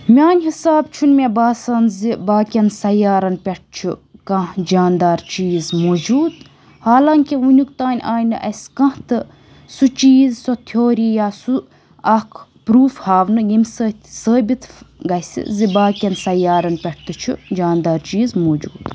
میٛانہِ حِسابہٕ چھُنہٕ مےٚ باسان زِ باقیَن سَیارَن پٮ۪ٹھ چھُ کانٛہہ جاندار چیٖز موٗجوٗد حالانٛکہِ وٕنیُک تانۍ آے نہٕ اَسہِ کانٛہہ تہٕ سُہ چیٖز سۄ تھوری یا سُہ اَکھ پرٛوٗف ہاونہٕ ییٚمہِ سۭتۍ ثٲبِت گَژھِ زِ باقیَن سَیارَن پٮ۪ٹھ تہِ چھُ جاندار چیٖز موٗجوٗد